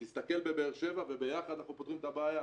תסתכל בבאר שבע' וביחד אנחנו פותרים את הבעיה.